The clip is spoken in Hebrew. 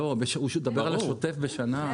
לא, הוא מדבר על השוטף בשנה.